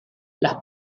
las